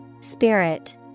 Spirit